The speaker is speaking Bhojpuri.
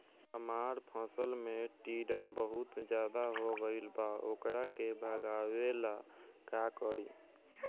हमरा फसल में टिड्डा बहुत ज्यादा हो गइल बा वोकरा के भागावेला का करी?